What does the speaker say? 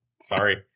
Sorry